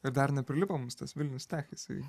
ir dar neprilipo mums tas vilnius tech jisai